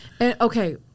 Okay